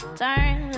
turn